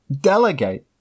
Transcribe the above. delegate